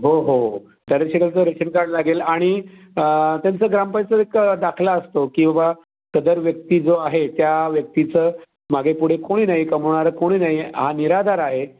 हो हो त्या रेशिडंटचं रेशन कार्ड लागेल आणि त्यांचं ग्रामपंचायत एक दाखला असतो की बाबा सदर व्यक्ती जो आहे त्या व्यक्तीचं मागे पुढे कोणी नाही कमावणारे कोणी नाही आहे हा निराधार आहे